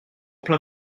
plein